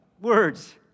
words